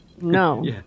No